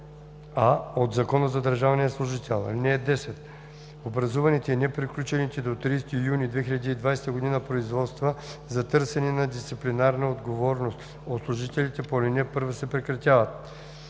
59а от Закона за държавния служител. (10) Образуваните и неприключили до 30 юни 2020 г. производства за търсене на дисциплинарна отговорност от служителите по ал. 1 се прекратяват.